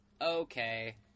okay